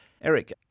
Eric